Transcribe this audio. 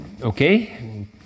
Okay